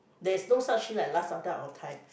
there is no such thing like last time that our time